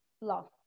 love